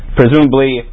presumably